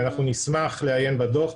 אנחנו נשמח לעיין בדוח,